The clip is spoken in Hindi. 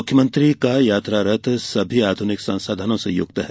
मुख्यमंत्री का यात्रा रथ सभी आध्निक संसाधनों से युक्त है